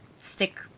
stick